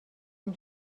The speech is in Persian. اون